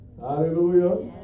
Hallelujah